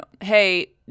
hey